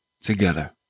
together